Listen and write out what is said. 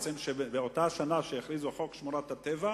שבאותה שנה שהכריזו על חוק שמורות הטבע,